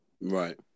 Right